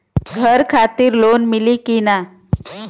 घर खातिर लोन मिली कि ना?